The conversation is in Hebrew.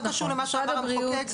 זה לא קשור למה שאמר המחוקק,